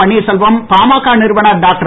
பன்னீர்செல்வம் பாமக நிறுவனர் டாக்டர்